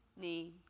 need